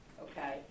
okay